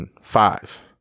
five